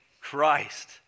Christ